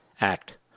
Act